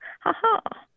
Ha-ha